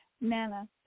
nana